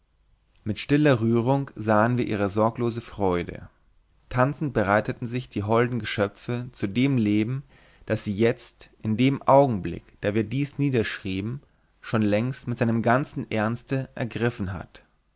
mit stiller rührung sahen wir ihre sorglose freude tanzend bereiteten sich die holden geschöpfe zu dem leben das sie jetzt in dem augenblick da wir dies niederschrieben schon längst mit seinem ganzen ernste ergriffen hat